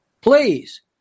please